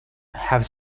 have